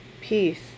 peace